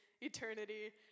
eternity